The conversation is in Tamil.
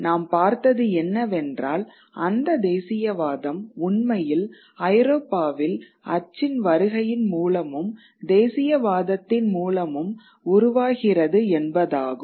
நாம் பார்த்தது என்னவென்றால் அந்த தேசியவாதம் உண்மையில் ஐரோப்பாவில் அச்சின் வருகையின் மூலமும் தேசியவாதத்தின் மூலமும் உருவாகிறது என்பதாகும்